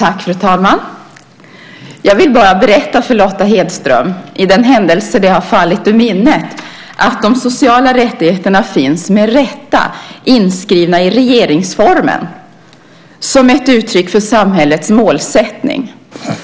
Fru talman! Jag vill bara berätta för Lotta Hedström, för den händelse att det har fallit ur minnet, att de sociala rättigheterna, med rätta, finns inskrivna i regeringsformen som ett uttryck för samhällets målsättning.